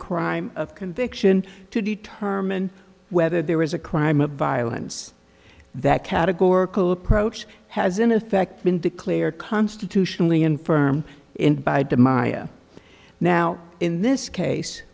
crime of conviction to determine whether there is a crime of violence that categorical approach has in effect been declared constitutionally infirm and by demaio now in this case